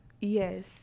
yes